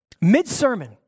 Mid-sermon